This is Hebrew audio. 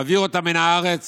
להעביר אותה מן הארץ